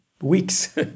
weeks